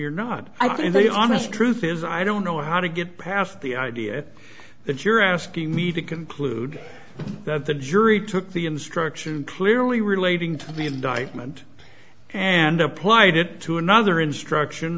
the honest truth is i don't know how to get past the idea that you're asking me to conclude that the jury took the instruction clearly relating to the indictment and applied it to another instruction